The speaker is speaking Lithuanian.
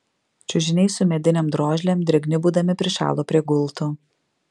čiužiniai su medinėm drožlėm drėgni būdami prišalo prie gultų